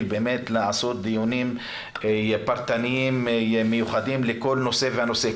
באמת לעשות דיונים פרטניים מיוחדים לכל נושא ונושא.